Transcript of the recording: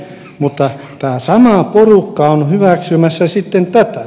mutta tämä sama porukka on hyväksymässä sitten tätä